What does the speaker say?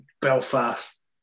Belfast